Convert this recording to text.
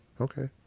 Okay